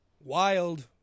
Wild